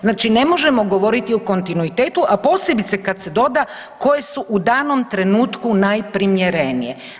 Znači, ne možemo govoriti o kontinuitetu, a posebice kad se doda koje su u danom trenutku najprimjerenije.